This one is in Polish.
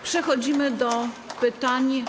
Przechodzimy do pytań.